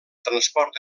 transport